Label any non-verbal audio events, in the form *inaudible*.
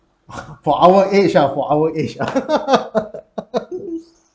*laughs* for our age ah for our age ah *laughs*